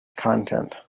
content